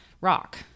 rock